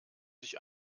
sich